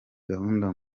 gahunda